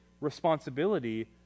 responsibility